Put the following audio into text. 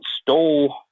stole